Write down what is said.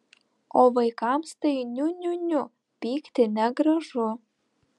o vaikams tai niu niu niu pykti negražu